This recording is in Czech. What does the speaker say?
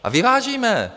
A vyvážíme.